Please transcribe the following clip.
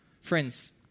Friends